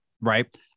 right